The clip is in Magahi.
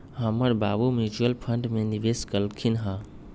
हमर बाबू म्यूच्यूअल फंड में निवेश कलखिंन्ह ह